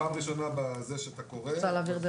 זו פעם ראשונה שאתה קורא,